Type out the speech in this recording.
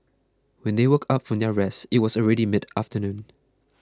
when they woke up from their rest it was already mid afternoon